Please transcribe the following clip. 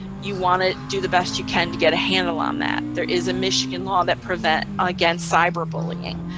you want to do the best you can to get a handle on that. there is a michigan law that prevent, against cyber bullying.